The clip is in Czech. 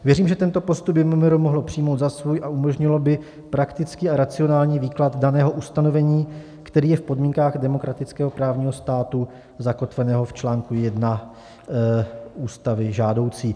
Věřím, že tento postup by MMR mohlo přijmout za svůj a umožnilo by praktický a racionální výklad daného ustanovení, který je v podmínkách demokratického právního státu zakotveného v čl. 1 Ústavy žádoucí.